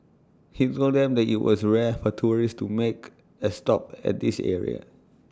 he told them that IT was rare for tourists to make A stop at this area